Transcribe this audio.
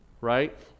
right